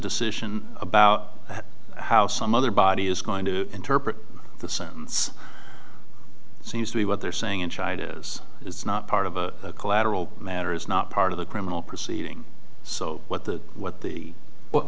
decision about how some other body is going to interpret the sentence it seems to me what they're saying is it's not part of a collateral matter is not part of the criminal proceeding so what the what